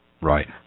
Right